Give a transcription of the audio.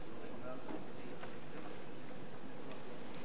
התרבות והספורט נתקבלה.